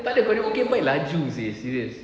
tak ada kau nya okay bye laju seh serious